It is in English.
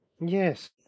Yes